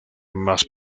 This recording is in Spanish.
más